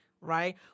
right